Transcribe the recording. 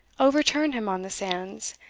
overturned him on the sands,